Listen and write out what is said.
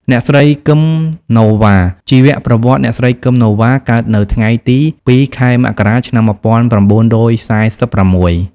អ្នកស្រី គឹម ណូវ៉ា ជីវប្រវត្តិ អ្នកស្រី គឹម ណូវ៉ា កើតនៅថ្ងៃទី២ ខែមករា ឆ្នាំ១៩៤៦។